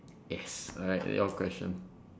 yes alright your question